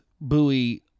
buoy